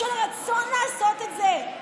של רצון לעשות את זה,